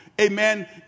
amen